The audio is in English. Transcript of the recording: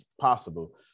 possible